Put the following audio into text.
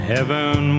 Heaven